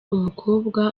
umukobwa